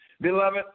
Beloved